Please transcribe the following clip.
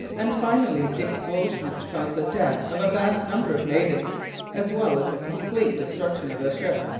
and finally the explosion which caused the death of a vast number of natives as well as the complete destruction of the ship.